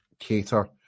cater